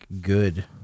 Good